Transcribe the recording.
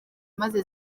maze